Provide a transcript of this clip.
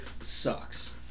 sucks